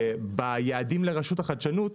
ביעדים לרשות החשדנות,